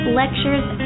lectures